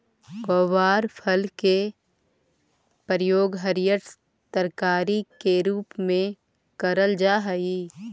ग्वारफल के प्रयोग हरियर तरकारी के रूप में कयल जा हई